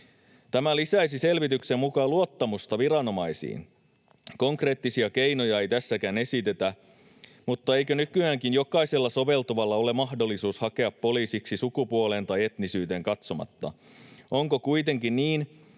Tämä lisäisi selvityksen mukaan luottamusta viranomaisiin. Konkreettisia keinoja ei tässäkään esitetä, mutta eikö nykyäänkin jokaisella soveltuvalla ole mahdollisuus hakea poliisiksi sukupuoleen tai etnisyyteen katsomatta? Onko kuitenkin niin,